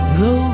go